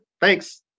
Thanks